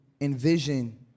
envision